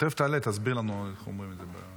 תכף היא תעלה ותסביר לנו איך אומרים את זה.